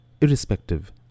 irrespective